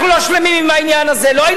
אנחנו לא שלמים עם העניין הזה,